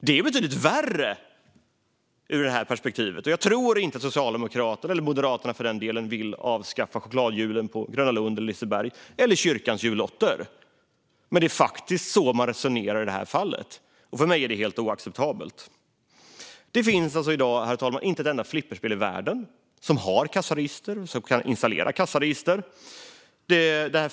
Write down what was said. Det är betydligt värre ur det här perspektivet. Jag tror inte att Socialdemokraterna, eller för den delen Moderaterna, vill avskaffa chokladhjulen på Gröna Lund och Liseberg eller kyrkans jullotter. Men det är faktiskt så man resonerar i det här fallet. För mig är det helt oacceptabelt. Herr talman! Det finns i dag inte ett enda flipperspel i världen som har kassaregister eller där man kan installera kassaregister.